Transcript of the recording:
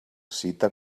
cita